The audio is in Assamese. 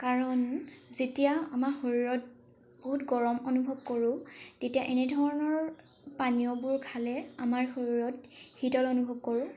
কাৰণ যেতিয়া আমাক শৰীৰত বহুত গৰম অনুভৱ কৰো তেতিয়া এনেধৰণৰ পানীয়বোৰ খালে আমাৰ শৰীৰত শীতল অনুভৱ কৰো